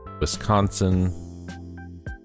Wisconsin